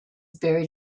buried